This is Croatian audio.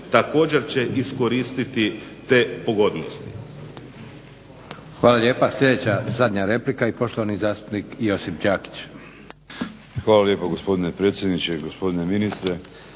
također će iskoristiti te pogodnosti.